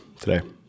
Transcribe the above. today